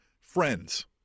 friends